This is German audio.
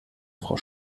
frau